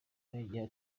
yongeyeho